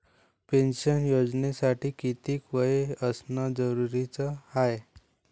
Pension योजनेसाठी कितीक वय असनं जरुरीच हाय?